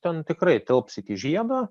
ten tikrai tilps iki žiedo